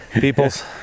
peoples